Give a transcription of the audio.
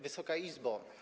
Wysoka Izbo!